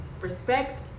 respect